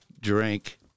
drink